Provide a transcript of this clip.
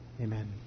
Amen